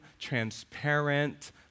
transparent